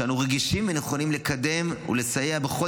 שאנו רגישים ונכונים לקדם ולסייע בכל